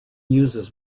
uses